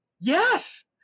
Yes